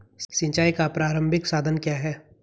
सिंचाई का प्रारंभिक साधन क्या है?